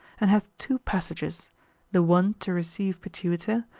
and hath two passages the one to receive pituita,